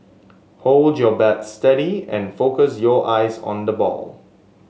hold your bat steady and focus your eyes on the ball